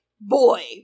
boy